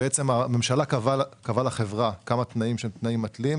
הממשלה קבעה לחברה כמה תנאים שהם תנאים מתלים.